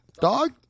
dog